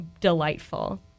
delightful